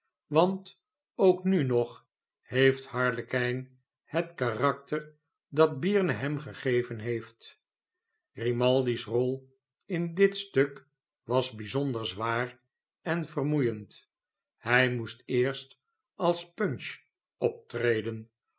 want ook n u nog heeft harkelijn het karakter dat byrne hem gegeven heeft grimaldi's rol in dit stuk was bijzonder zwaar en vermoeiend hij moest eerst als punch j optreden